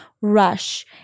rush